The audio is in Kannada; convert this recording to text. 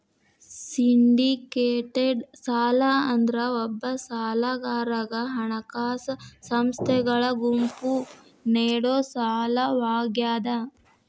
ಸಿಂಡಿಕೇಟೆಡ್ ಸಾಲ ಅಂದ್ರ ಒಬ್ಬ ಸಾಲಗಾರಗ ಹಣಕಾಸ ಸಂಸ್ಥೆಗಳ ಗುಂಪು ನೇಡೊ ಸಾಲವಾಗ್ಯಾದ